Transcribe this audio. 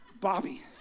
Bobby